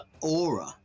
aura